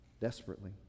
desperately